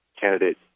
Candidate